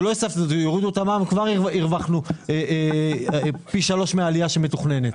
שלא יסבסדו ויורידו את המע"מ וכבר הרווחנו פי שלוש מהעלייה שמתוכננת.